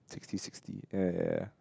sixty sixty ya ya ya ya